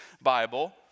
Bible